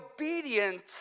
obedient